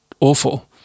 awful